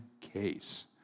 case